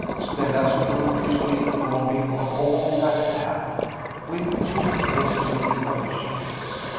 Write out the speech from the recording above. stella scrupulously informed him of all that had happened with two necessary omissions.